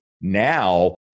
Now